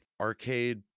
arcade